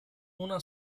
una